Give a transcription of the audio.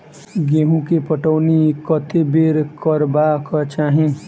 गेंहूँ केँ पटौनी कत्ते बेर करबाक चाहि?